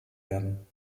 werden